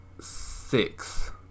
Six